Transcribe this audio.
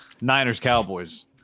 Niners-Cowboys